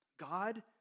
God